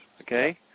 okay